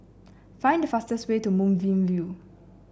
find the fastest way to Moonbeam View